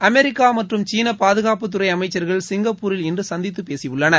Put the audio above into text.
America மற்றும் சீன பாதுகாப்புத்துறை அமைச்சர்கள் சிங்கப்பூரில் இன்று சந்தித்து பேசியுள்ளனர்